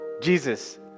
Jesus